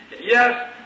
Yes